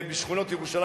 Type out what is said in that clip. בשכונות ירושלים.